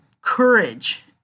courage